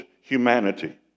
humanity